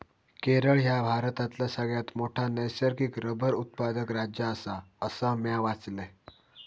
केरळ ह्या भारतातला सगळ्यात मोठा नैसर्गिक रबर उत्पादक राज्य आसा, असा म्या वाचलंय